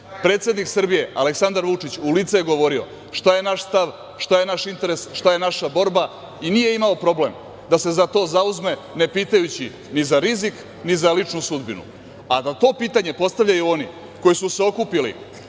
predsednik Srbije Aleksandar Vučić u lice je govorio šta je naš stav, šta je naš interes, šta je naša borba i nije imao problem da se za to zauzme ne pitajući ni za rizik, ni za ličnu sudbinu, a da to pitanje postavljaju oni koji su se okupili